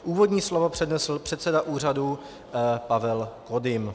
Úvodní slovo přednesl předseda úřadu Pavel Kodym.